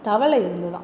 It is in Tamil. தவளை இருந்து தான்